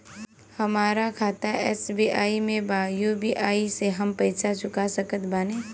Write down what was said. हमारा खाता एस.बी.आई में बा यू.पी.आई से हम पैसा चुका सकत बानी?